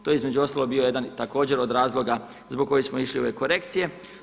To je između ostalog bio jedan također od razloga zbog kojeg smo išli u ove korekcije.